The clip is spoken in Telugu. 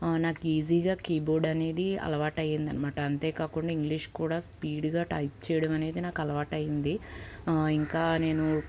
నాకు ఈజీగా కీబోర్డ్ అనేది అలవాటయింది అనమాట అంతేకాకుండా ఇంగ్లీష్ కూడ స్పీడుగా టైప్ చేయడం అనేది నాకు అలవాటైంది ఇంకా నేను